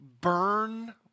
burn